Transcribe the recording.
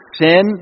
sin